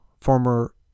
former